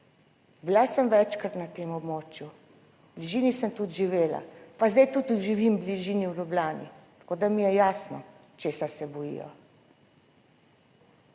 Bila sem večkrat na tem območju, v bližini sem tudi živela, pa zdaj tudi živim v bližini, v Ljubljani, tako da mi je jasno, česa se bojijo.